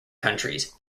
countries